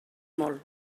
molt